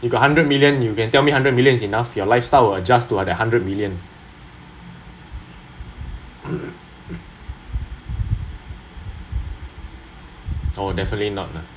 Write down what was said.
you got hundred million you can tell me hundred million is enough your lifestyle will adjust to the hundred million oh definitely not ah